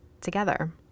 together